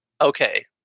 okay